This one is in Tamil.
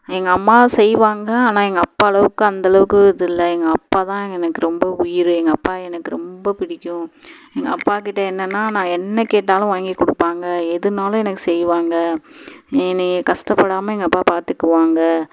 எங்கள் அம்மா செய்வாங்கள் ஆனால் எங்கள் அப்பா அளவுக்கு அந்தளவுக்கு இதுல்ல எங்கள் அப்பாதான் எனக்கு ரொம்ப உயிர் எங்கள் அப்பா எனக்கு ரொம்ப பிடிக்கும் எங்கள் அப்பாக்கிட்ட என்னென்னா நான் என்ன கேட்டாலும் வாங்கிக் கொடுப்பாங்க எதுனாலும் எனக்கு செய்வாங்கள் என்னை கஸ்டப்படாமல் எங்கள் அப்பா பார்த்துக்குவாங்க